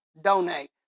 donate